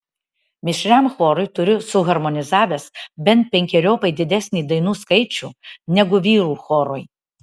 mišriam chorui turiu suharmonizavęs bent penkeriopai didesnį dainų skaičių negu vyrų chorui